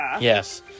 Yes